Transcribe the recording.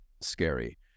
scary